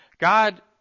God